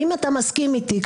האם אתה מסכים אתי,